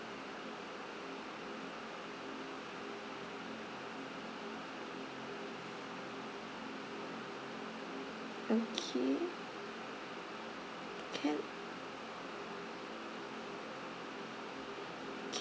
okay can